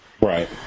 Right